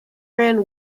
ran